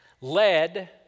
Led